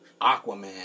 Aquaman